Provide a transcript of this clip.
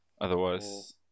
Otherwise